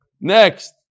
next